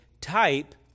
type